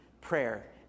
Prayer